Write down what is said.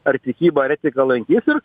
ar tikybą ar etiką lankys ir